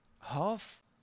half